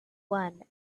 one